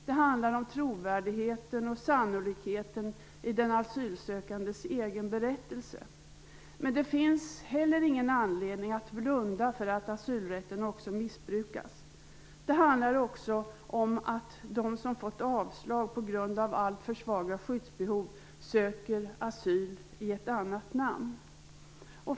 Det handlar om trovärdigheten och sannolikheten i den asylsökandes egen berättelse. Men det finns heller ingen anledning att blunda för att asylrätten också missbrukas. Det handlar också om att den som fått avslag på grund av alltför svaga skyddsbehov söker asyl i ett annat namn.